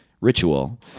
ritual